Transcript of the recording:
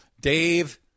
Dave